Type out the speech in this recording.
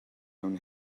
own